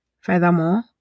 Furthermore